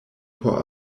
por